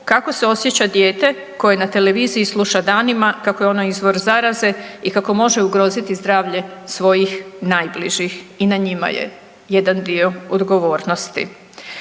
kako se osjeća dijete koje na televiziji sluša danima kako je ono izvor zaraze i kako može ugroziti zdravlje svojih najbližih i na njima je jedan dio odgovornosti.